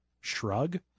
shrug